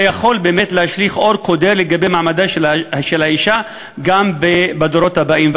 זה יכול באמת להשליך אור קודר לגבי מעמדה של האישה גם בדורות הבאים.